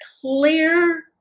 clear